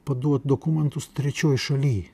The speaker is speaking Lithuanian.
paduot dokumentus trečioj šaly